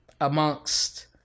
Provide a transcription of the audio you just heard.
amongst